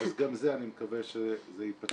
אז אני מקווה שגם זה יתפתח.